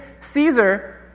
Caesar